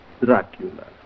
Dracula